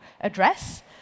address